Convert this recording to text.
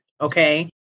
Okay